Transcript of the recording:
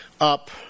up